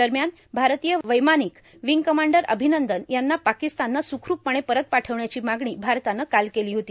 दरम्यान भारतीय वैमानिक विंग कमांडर अभिनंदन यांना पाकिस्ताननं स्रखरूपपणे परत पाठवण्याची मागणी भारतानं काल केली होती